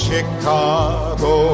Chicago